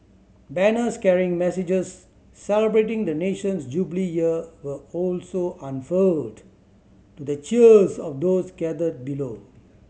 banners carrying messages celebrating the nation's Jubilee Year were also unfurled to the cheers of those gathered below